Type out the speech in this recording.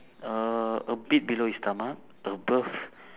uh a bit below his stomach above